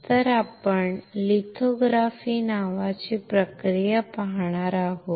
तर आपण लिथोग्राफी नावाची प्रक्रिया पाहणार आहोत